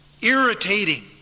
Irritating